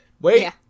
Wait